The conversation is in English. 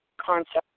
concept